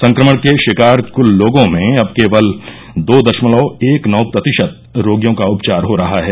संक्रमण के शिकार कुल लोगों में अब केवल दो दशमलव एक नौ प्रतिशत रोगियों का उपचार हो रहा है